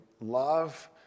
love